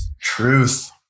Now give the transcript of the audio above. Truth